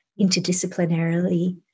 interdisciplinarily